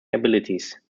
abilities